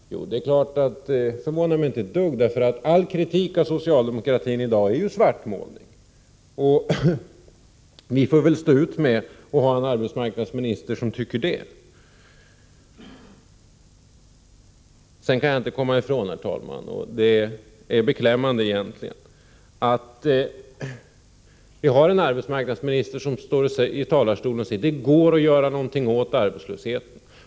Det förvånar mig inte alls, eftersom all kritik av socialdemokratin i dag anses vara svartmålning. Vi får väl stå ut med att ha en arbetsmarknadsminister som tycker så. Herr talman! Följande faktum är rent beklämmande. Vi har en arbetsmarknadsminister som från kammarens talarstol säger att det går att göra någonting åt arbetslösheten.